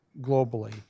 globally